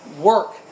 Work